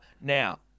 Now